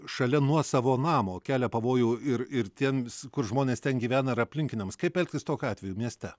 šalia nuosavo namo kelia pavojų ir ir tiems kur žmonės ten gyvena ir aplinkiniams kaip elgtis tokiu atveju mieste